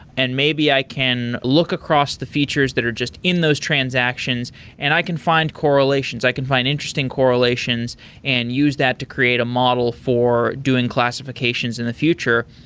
and maybe i can look across the features that are just in those transactions and i can find correlations. i can find interesting correlations and use that to create a model for doing classifications in the future,